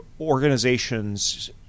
organizations